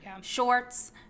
shorts